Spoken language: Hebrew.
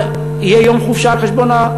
זה יהיה יום חופשה על-חשבון,